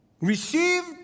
Received